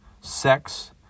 sex